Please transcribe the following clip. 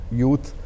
youth